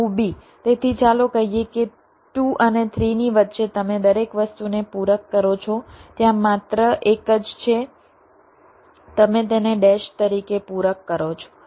move b તેથી ચાલો કહીએ કે 2 અને 3 ની વચ્ચે તમે દરેક વસ્તુને પૂરક કરો છો ત્યાં માત્ર એક જ છે તમે તેને ડેશ તરીકે પૂરક કરો છો